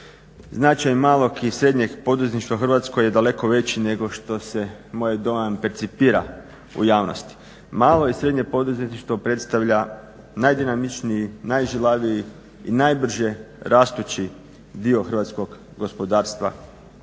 Značaj malog i srednjeg poduzetništva u Hrvatskoj je daleko veći nego što se moj dojam percipira u javnosti. Malo i srednje poduzetništvo predstavlja najdinamičniji, najžilaviji i najbrže rastući dio hrvatskog gospodarstva što